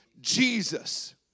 Jesus